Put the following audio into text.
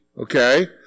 Okay